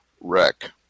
wreck